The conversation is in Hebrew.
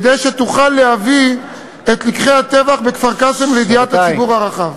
כדי שתוכל להביא את לקחי הטבח בכפר-קאסם לידיעת הציבור הרחב.